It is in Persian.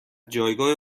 جایگاه